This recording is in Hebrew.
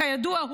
כידוע,